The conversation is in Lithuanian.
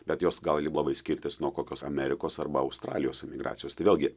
bet jos gali labai skirtis nuo kokios amerikos arba australijos emigracijos tai vėlgi